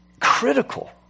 critical